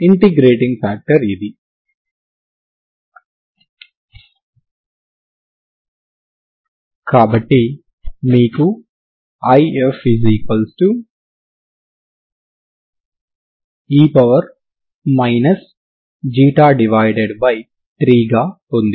మీరు c2 ని negative axis పై నిర్వచించబడాలని కోరుకుంటున్నారు